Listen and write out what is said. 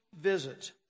visit